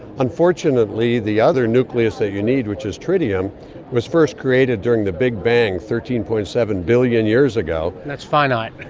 unfortunately the other nucleus that you need which is tritium was first created during the big bang thirteen. seven billion years ago. and that's finite.